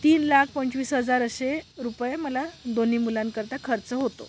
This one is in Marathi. तीन लाख पंचवीस हजार असे रुपये मला दोन्ही मुलांकरता खर्च होतो